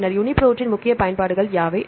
பின்னர் யூனிபிரோட்டின் முக்கிய பயன்பாடுகள் யாவை